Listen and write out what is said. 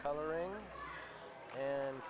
coloring and